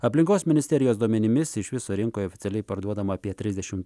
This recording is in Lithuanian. aplinkos ministerijos duomenimis iš viso rinkoje oficialiai parduodama apie trisdešimt